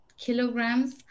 kilograms